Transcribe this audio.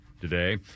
today